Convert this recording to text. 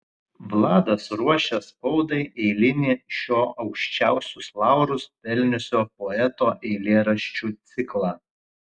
vladas ruošė spaudai eilinį šio aukščiausius laurus pelniusio poeto eilėraščių ciklą